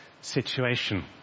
situation